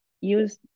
use